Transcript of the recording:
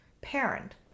parent